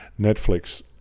Netflix